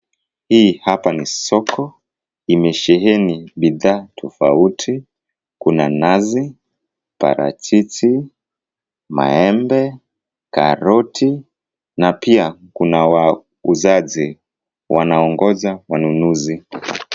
Hii hapa ni soko. Imesheheni bidhaa tofauti, kuna nazi, parachichi, maembe, karoti na pia kuna wauzaji wanaongoza wanunuzi.